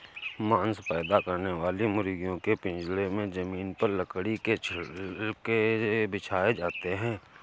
मांस पैदा करने वाली मुर्गियों के पिजड़े में जमीन पर लकड़ी के छिलके बिछाए जाते है